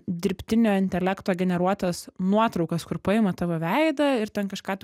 dirbtinio intelekto generuotas nuotraukas kur paima tavo veidą ir ten kažką tu